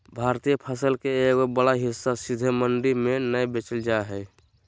भारतीय फसल के एगो बड़ा हिस्सा सीधे मंडी में नय बेचल जा हय